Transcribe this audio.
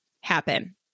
happen